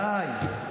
די.